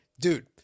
dude